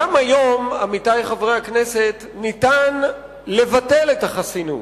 עמיתי חברי הכנסת, גם היום ניתן לבטל את החסינות.